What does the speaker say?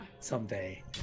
someday